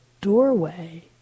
doorway